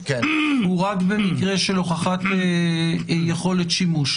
הוא רק במקרה של הוכחת יכולת שימוש?